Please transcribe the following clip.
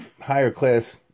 higher-class